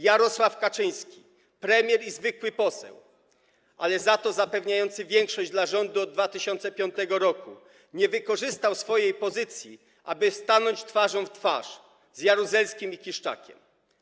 Jarosław Kaczyński, premier i zwykły poseł, ale za to zapewniający większość rządowi od 2005 r., nie wykorzystał swojej pozycji, aby stanąć twarzą w twarz z Jaruzelskim i Kiszczakiem.